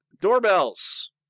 doorbells